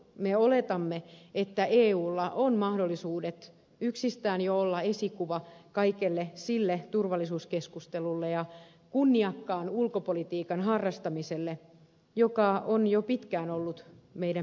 me oletamme että eulla on mahdollisuudet jo yksistään olla esikuva kaikelle sille turvallisuuskeskustelulle ja kunniakkaan ulkopolitiikan harrastamiselle joka on jo pitkään ollut meidän perinteemme